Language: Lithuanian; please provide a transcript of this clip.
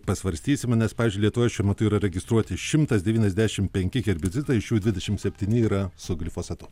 pasvarstysime nes pavyzdžiui lietuvoje šiuo metu yra registruoti šimtas devyniasdešimt penki herbicidai iš jų dvidešimt septyni yra su glifosatu